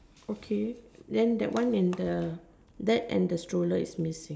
okay then that one and the that and the stroller is missing